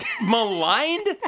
maligned